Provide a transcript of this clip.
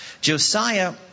Josiah